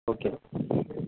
okay